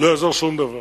לא יעזור שום דבר.